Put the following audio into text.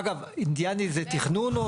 אגב, אינדיאני זה תכנון?